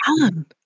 Alan